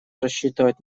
рассчитывать